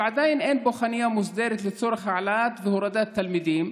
אבל עדיין חסרה בו חניה מסודרת לצורך העלאת והורדת תלמידים.